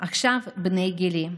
עכשיו בני גילי,